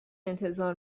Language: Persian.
انتظار